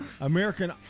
American